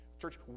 Church